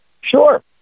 Sure